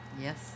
yes